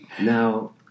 Now